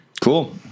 Cool